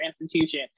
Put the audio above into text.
institution